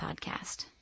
podcast